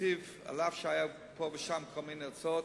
אומנם היו פה ושם כל מיני הצעות,